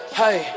hey